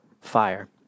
fire